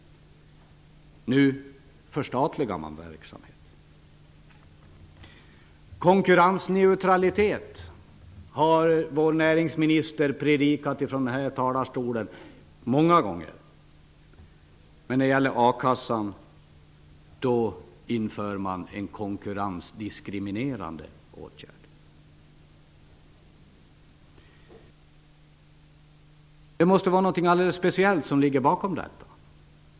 Nu förstatligar man verksamhet. Konkurrensneutralitet har vår näringsmsinister predikat ifrån den här talarstolen många gånger. Men när det gäller a-kassan inför man en konkurrensdiskriminerande åtgärd. Det måste vara någonting alldeles speciellt som ligger bakom detta.